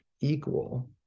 equal